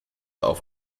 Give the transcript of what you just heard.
auf